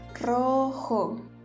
Rojo